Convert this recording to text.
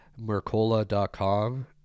mercola.com